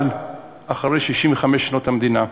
אבל אחרי 65 שנות המדינה,